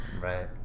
Right